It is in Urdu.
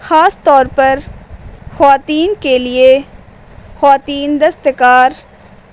خاص طور پر خواتین کے لیے خواتین دستکار